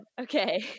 Okay